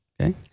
okay